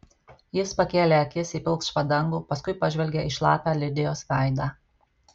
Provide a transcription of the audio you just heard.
jis pakėlė akis į pilkšvą dangų paskui pažvelgė į šlapią lidijos veidą